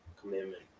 commitment